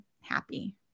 happy